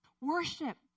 worship